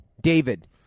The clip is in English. David